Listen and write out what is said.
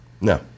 No